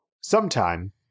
sometime